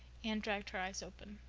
anne dragged her eyes open.